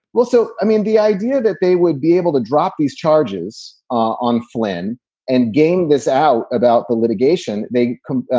well, so, i mean, the idea that they would be able to drop these charges on flyn and gain this out about the litigation. they are.